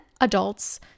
adults